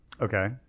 Okay